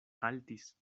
haltis